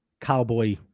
cowboy